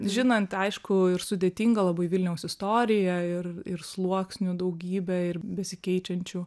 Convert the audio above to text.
žinant aiškų ir sudėtingą labai vilniaus istoriją ir ir sluoksnių daugybę ir besikeičiančių